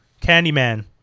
Candyman